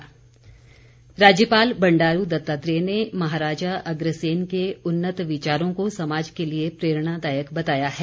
राज्यपाल राज्यपाल बंडारू दत्तात्रेय ने महाराजा अग्रसेन के उन्नत विचारों को समाज के लिए प्रेरणादायक बताया है